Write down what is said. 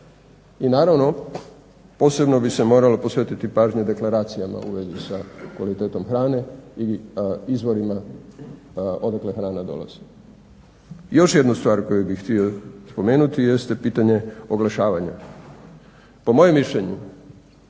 I naravno posebno bi se morala posvetiti pažnja deklaracijama u vezi sa kvalitetom hrane i izvorima odakle hrana dolazi. Još jednu stvar koju bih htio spomenuti jeste pitanje oglašavanja. Po mojem mišljenju